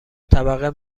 طبقه